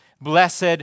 blessed